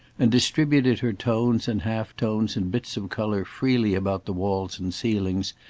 and distributed her tones and half tones and bits of colour freely about the walls and ceilings,